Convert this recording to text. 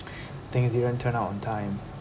things didn't turn up on time